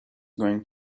going